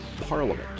parliament